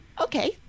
okay